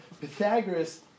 Pythagoras